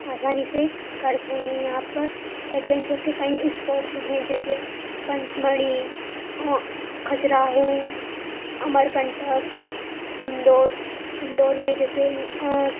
आसानी करते हैं यहाँ पर एडवेंचर के कई इस्पॉर्ट्स हैं जैसे पंचमढ़ी खजुराहो अमरकंटक इंदौर इंदौर में जैसे